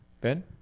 Ben